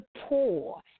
poor